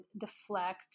deflect